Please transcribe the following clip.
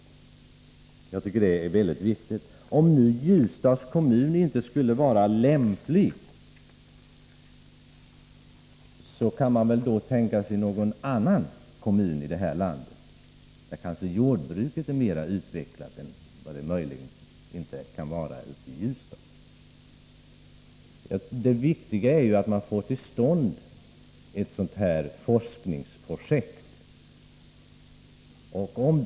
Jag tycker att det är mycket viktigt. Om Ljusdals kommun inte skulle vara lämplig, kan man väl tänka sig någon annan kommun i landet, där jordbruket kanske är mera utvecklat än i Ljusdal. Det viktiga är att man får till stånd ett forskningsprojekt av denna typ.